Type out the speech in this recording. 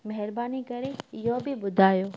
महिरबानी करे इहो बि ॿुधायो